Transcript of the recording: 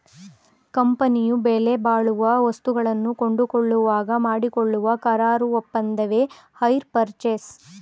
ಕಂಪನಿಯು ಬೆಲೆಬಾಳುವ ವಸ್ತುಗಳನ್ನು ಕೊಂಡುಕೊಳ್ಳುವಾಗ ಮಾಡಿಕೊಳ್ಳುವ ಕರಾರು ಒಪ್ಪಂದವೆ ಹೈರ್ ಪರ್ಚೇಸ್